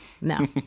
No